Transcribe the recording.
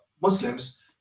Muslims